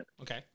Okay